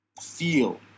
feel